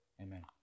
Amen